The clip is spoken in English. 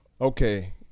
Okay